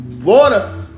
Florida